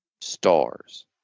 Stars